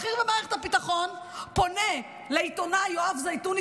בכיר במערכת הביטחון פונה לעיתונאי יואב זיתון,